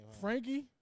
Frankie